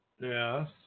Yes